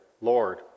Lord